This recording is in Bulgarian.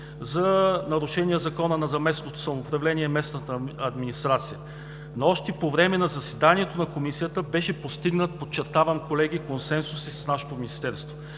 за нарушения в Закона за местното самоуправление и местната администрация, но още по време на заседанието на Комисията беше постигнат подчертавам, колеги, консенсус и с нашето министерство.